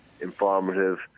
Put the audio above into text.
informative